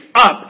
up